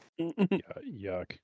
Yuck